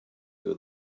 you